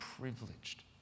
privileged